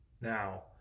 now